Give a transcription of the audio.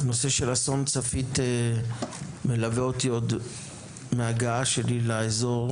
הנושא של אסון צפית מלווה אותי מההגעה שלי לאזור,